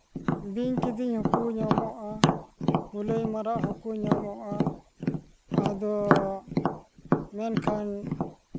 ᱵᱤᱧ ᱠᱤᱫᱤᱧ ᱦᱚᱸᱠᱚ ᱧᱟᱢᱚᱜᱼᱟ ᱠᱩᱞᱟᱹᱭ ᱢᱟᱨᱟᱜ ᱦᱚᱸᱠᱚ ᱧᱟᱢᱚᱜᱼᱟ ᱟᱫᱚ ᱢᱮᱱᱠᱷᱟᱱ